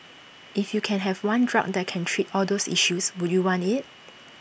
if you can have one drug that can treat all those issues would you want IT